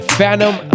Phantom